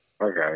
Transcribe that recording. Okay